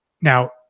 Now